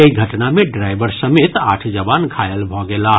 एहि घटना मे ड्राईवर समेत आठ जवान घायल भऽ गेलाह